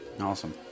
Awesome